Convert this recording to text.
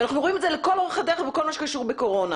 אנחנו רואים את זה לכל אורך הדרך בכל מה שקשור לקורונה.